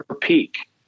Peak